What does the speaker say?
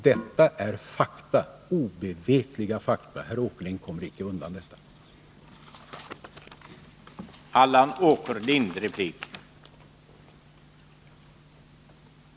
Detta är fakta, obevekliga fakta. Herr Åkerlind kommer icke undan 11 detta.